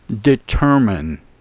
determine